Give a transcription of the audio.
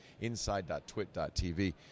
inside.twit.tv